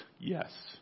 Yes